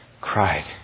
cried